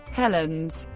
helens,